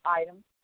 items